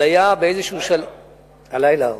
הלילה ארוך.